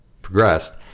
progressed